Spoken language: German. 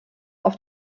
auf